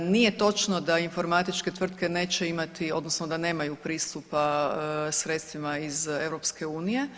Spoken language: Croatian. Nije točno da informatičke tvrtke neće imati odnosno da nemaju pristupa sredstvima iz EU.